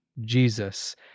Jesus